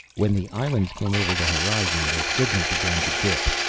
when the islands came over the horizon the signal began to dip.